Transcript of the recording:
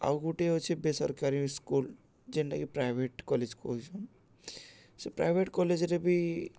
ଆଉ ଗୋଟିଏ ଅଛେ ବେସରକାରୀ ସ୍କୁଲ ଯେନ୍ଟାକି ପ୍ରାଇଭେଟ କଲେଜ କହୁଛନ୍ ସେ ପ୍ରାଇଭେଟ କଲେଜରେ ବି